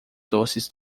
doces